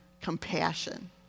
compassion